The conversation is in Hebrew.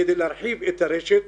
כדי להרחיב את הרשת,